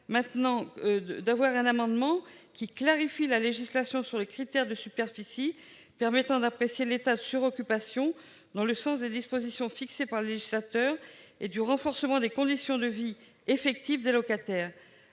paraît opportun de clarifier la législation sur les critères de superficie permettant d'apprécier l'état de suroccupation, dans le sens des dispositions fixées par le législateur et de l'amélioration des conditions de vie effectives des locataires.